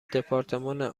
دپارتمان